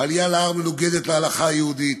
העלייה להר מנוגדת להלכה היהודית.